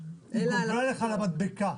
הוא גובה לך על המדבקה.